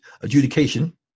adjudication